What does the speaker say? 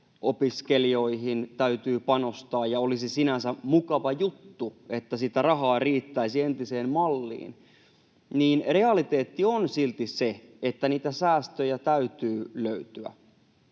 opiskelijoihin täytyy panostaa ja olisi sinänsä mukava juttu, että rahaa riittäisi entiseen malliin, niin realiteetti on silti se, että säästöjä täytyy löytyä.